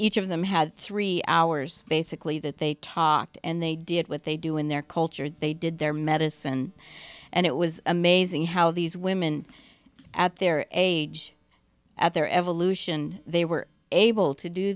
each of them had three hours basically that they talked and they did with they do in their culture they did their medicine and it was amazing how these women at their age at their evolution they were able to do